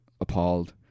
appalled